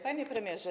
Panie Premierze!